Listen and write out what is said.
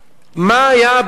מה היתה הבעיה,